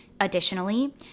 Additionally